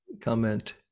comment